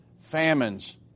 Famines